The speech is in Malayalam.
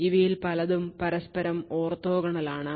ഇവയിൽ പലതും പരസ്പരം ഓർത്തോഗനാൽ ആണ്